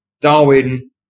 Darwin